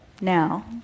now